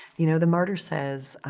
you know, the martyr says,